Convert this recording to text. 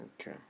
Okay